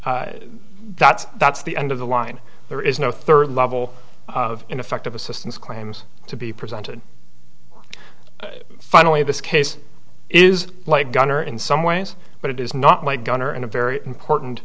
that's that's the end of the line there is no third level of ineffective assistance claims to be presented finally this case is like gunner in some ways but it is not my gun or in a very important